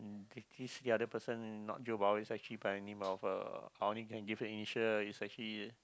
if this another person not he's actually by the name of uh I only can give initial he's actually